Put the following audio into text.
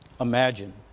Imagine